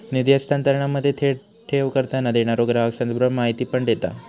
निधी हस्तांतरणामध्ये, थेट ठेव करताना, देणारो ग्राहक संदर्भ माहिती पण देता